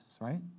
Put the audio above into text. right